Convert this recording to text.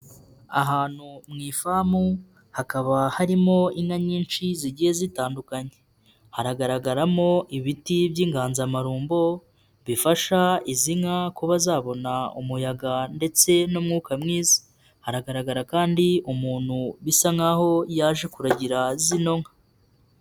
Ahantu mu ifamu hakaba harimo inka nyinshi zigiye zitandukanye haragaragaramo ibiti by'inganzamarumbo bifasha izi nka kuba zabona umuyaga ndetse n'umwuka mwiza, haragaragara kandi umuntu bisa nk'aho yaje kuragira zino nka.